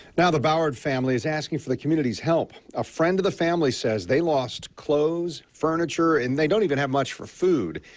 now the bower family is asking for the community's help. a friend of the family says they lost clothes, furniture and they don't even have much more food.